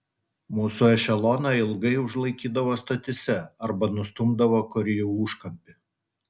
mūsų ešeloną ilgai užlaikydavo stotyse arba nustumdavo kur į užkampį